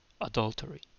adultery